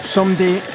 Someday